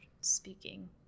speaking